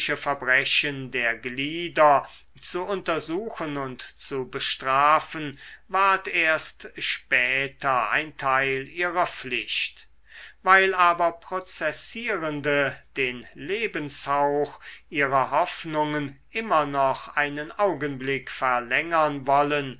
verbrechen der glieder zu untersuchen und zu bestrafen ward erst später ein teil ihrer pflicht weil aber prozessierende den lebenshauch ihrer hoffnungen immer noch einen augenblick verlängern wollen